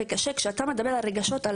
אבל לדבר על הרגשות שלך,